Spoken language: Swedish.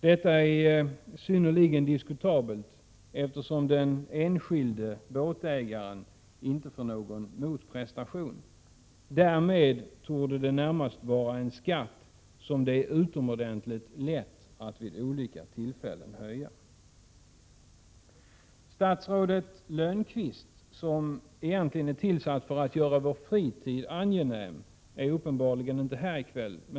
Detta är synnerligen diskutabelt, eftersom den enskilde båtägaren 28 april 1988 inte får någon motprestation. Därmed torde det närmast vara en skatt som det är utomordentligt lätt att vid olika tillfällen höja. Statsrådet Lönnqvist, som egentligen är tillsatt för att göra vår fritid angenäm, är uppenbarligen inte här i kväll.